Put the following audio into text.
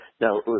Now